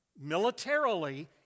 militarily